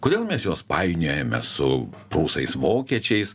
kodėl mes juos painiojame su prūsais vokiečiais